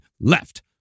LEFT